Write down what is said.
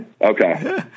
Okay